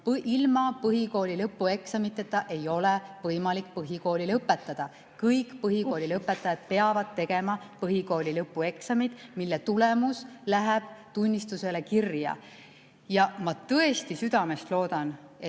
ilma põhikooli lõpueksamiteta põhikooli lõpetada. Kõik põhikooli lõpetajad peavad tegema põhikooli lõpueksamid, mille tulemus läheb tunnistusele kirja. Ja ma tõesti südamest loodan,